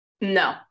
No